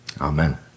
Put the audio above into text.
Amen